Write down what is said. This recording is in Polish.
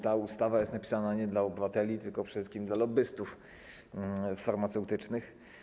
Ta ustawa jest napisana nie dla obywateli, tylko przede wszystkim dla lobbystów farmaceutycznych.